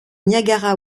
niagara